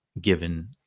given